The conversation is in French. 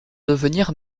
devenir